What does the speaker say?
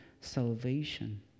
salvation